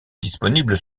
disponibles